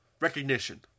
recognition